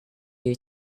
you